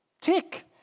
tick